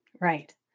Right